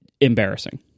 embarrassing